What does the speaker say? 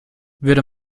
würde